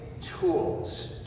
tools